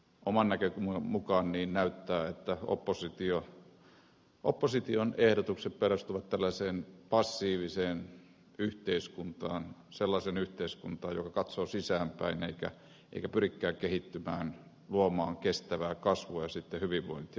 oman näkökulmani mukaan näyttää että opposition ehdotukset perustuvat passiiviseen yhteiskuntaan sellaiseen yhteiskuntaan joka katsoo sisäänpäin eikä pyrikään kehittymään luomaan kestävää kasvua ja hyvinvointia